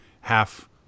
half